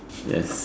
yes